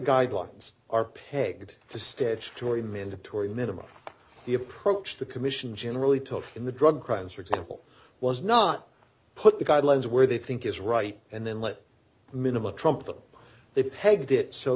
guidelines are pegged to statutory mandatory minimum the approach the commission generally took in the drug crimes for example was not put the guidelines where they think is right and then let the minimal trump them they pegged it so